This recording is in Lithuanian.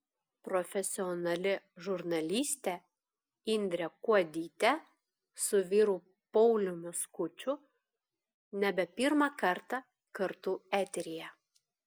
profesionali žurnalistė indrė kuodytė su vyru pauliumi skuču nebe pirmą kartą kartu eteryje